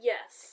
Yes